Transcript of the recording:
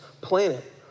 planet